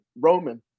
Roman